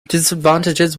disadvantages